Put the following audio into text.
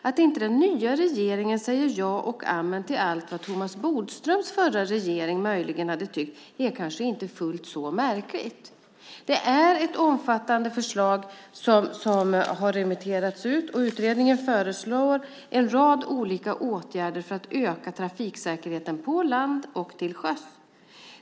Att den nya regeringen inte säger ja och amen till allt som sades av den regering som Thomas Bodström ingick i är kanske inte så märkligt. Detta är ett omfattande förslag som har remitterats ut. I utredningen föreslås en rad olika åtgärder för att öka trafiksäkerheten på land och till sjöss.